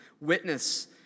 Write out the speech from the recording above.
witness